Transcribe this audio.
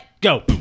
Go